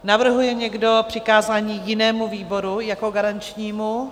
Navrhuje někdo přikázání jinému výboru jako garančnímu?